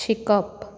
शिकप